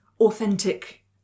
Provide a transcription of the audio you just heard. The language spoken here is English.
authentic